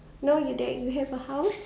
no you drag you have a house